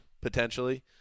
potentially